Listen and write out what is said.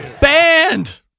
Banned